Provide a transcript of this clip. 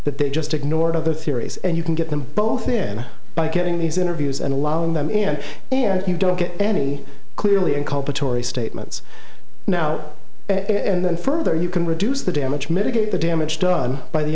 that they just ignored of the theories and you can get them both in by getting these interviews and allowing them in and you don't get any clearly inculpatory statements now and then further you can reduce the damage mitigate the damage done by the